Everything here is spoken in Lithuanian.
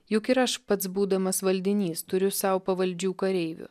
juk ir aš pats būdamas valdinys turiu sau pavaldžių kareivių